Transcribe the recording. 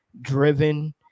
driven